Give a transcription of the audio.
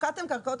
הפקעתם קרקעות,